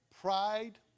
Pride